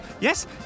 Yes